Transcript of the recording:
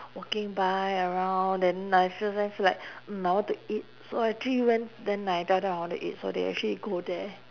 walking by around then I feel su~ feel like mm I want to eat so actually went then I tell them I want to eat so they actually go there